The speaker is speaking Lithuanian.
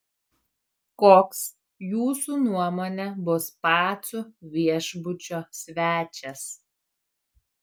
koks jūsų nuomone bus pacų viešbučio svečias